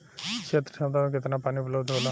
क्षेत्र क्षमता में केतना पानी उपलब्ध होला?